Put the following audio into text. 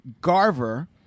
Garver